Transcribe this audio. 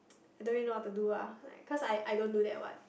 don't really know what to do ah cause I I don't do that what